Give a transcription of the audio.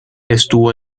estuvo